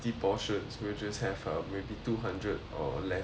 so we'll just have uh maybe two hundred or less portion